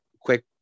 quick